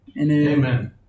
Amen